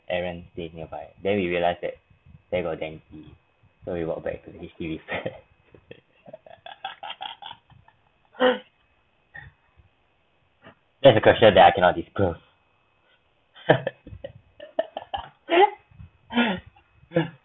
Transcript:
aaron stay nearby then we realise there got dengue so we walked back to the H_D_B flats that's a question that I cannot disclose